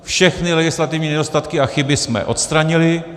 Všechny legislativní nedostatky a chyby jsme odstranili.